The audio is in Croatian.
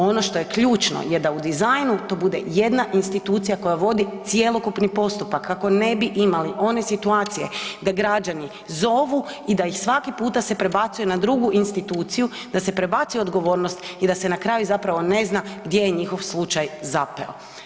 Ono što je ključno je da u dizajnu to bude jedna institucija koja vodi cjelokupni postupak kako ne bi imali one situacije da građani zovu i da ih svaki puta se prebacuje na drugu instituciju, da se prebacuje odgovornost i da se na kraju zapravo ne zna gdje je njihov slučaj zapeo.